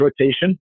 rotation